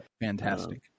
Fantastic